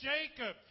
Jacob